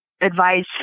advice